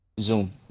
Zoom